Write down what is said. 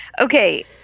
Okay